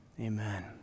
amen